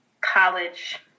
college